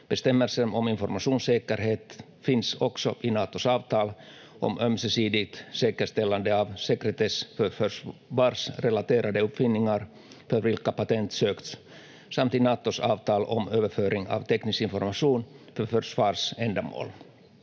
Bestämmelser om informationssäkerhet finns också i Natos avtal om ömsesidigt säkerställande av sekretess för försvarsrelaterade uppfinningar för vilka patent sökts samt i Natos avtal om överföring av teknisk information för försvarsändamål.